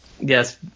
Yes